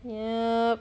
yup